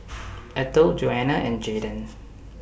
Ethel Joana and Jayden